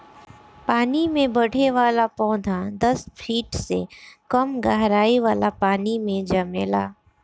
पानी में बढ़े वाला पौधा दस फिट से कम गहराई वाला पानी मे जामेला